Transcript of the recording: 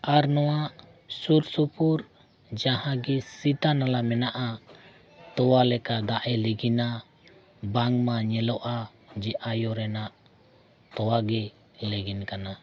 ᱟᱨ ᱱᱚᱣᱟ ᱥᱩᱨ ᱥᱩᱯᱩᱨ ᱡᱟᱦᱟᱸᱜᱮ ᱥᱤᱛᱟᱹ ᱱᱟᱞᱟ ᱢᱮᱱᱟᱜᱼᱟ ᱛᱚᱣᱟ ᱞᱮᱠᱟ ᱫᱟᱜ ᱮ ᱞᱤᱜᱤᱱᱟ ᱵᱟᱝᱢᱟ ᱧᱮᱞᱚᱜᱼᱟ ᱡᱮ ᱟᱭᱳ ᱨᱮᱱᱟᱜ ᱛᱚᱣᱟ ᱜᱮ ᱞᱤᱸᱜᱤᱱ ᱠᱟᱱᱟ